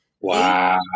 Wow